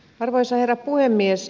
arvoisa herra puhemies